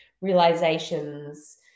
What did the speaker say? realizations